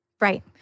Right